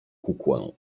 kukłę